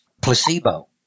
placebo